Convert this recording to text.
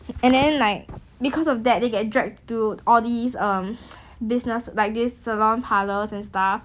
and then like because of that they get dragged to all these um business like this salon parlours and stuff